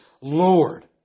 Lord